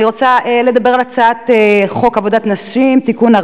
אני רוצה לדבר על הצעת חוק עבודת נשים (תיקון,